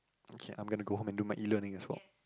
okay I'm gonna to go home and do my E learning as well